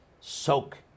soak